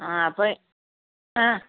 ആ അപ്പം ആ